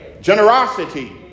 generosity